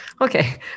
Okay